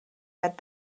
fed